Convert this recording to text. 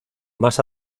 más